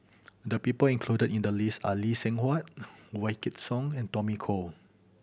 the people included in the list are Lee Seng Huat Wykidd Song and Tommy Koh